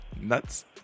Nuts